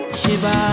shiba